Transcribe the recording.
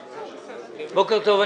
טוב.